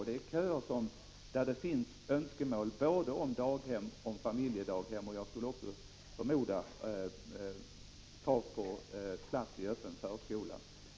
I de köerna finns det önskemål om både daghem och familjedaghem — och jag förmodar att det också finns krav på platser i öppen förskola.